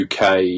UK